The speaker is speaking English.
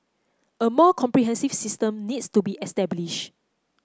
a more comprehensive system needs to be establish